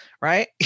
right